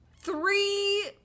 three